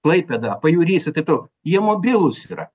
klaipėda pajūrys ir taip toliau jie mobilūs yra